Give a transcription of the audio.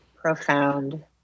profound